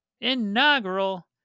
inaugural